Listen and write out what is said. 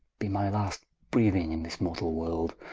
be my last breathing in this mortall world.